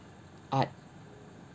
art